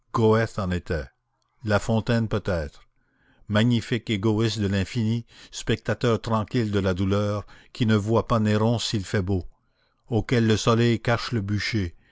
en était la fontaine peut-être magnifiques égoïstes de l'infini spectateurs tranquilles de la douleur qui ne voient pas néron s'il fait beau auxquels le soleil cache le bûcher